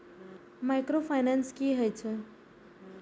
Micro finance कि होई छै?